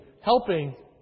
helping